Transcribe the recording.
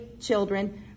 children